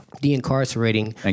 de-incarcerating